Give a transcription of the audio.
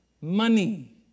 Money